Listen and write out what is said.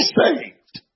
saved